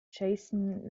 jason